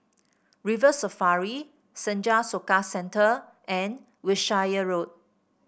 River Safari Senja Soka Centre and Wiltshire Road